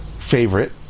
favorite